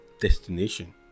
destination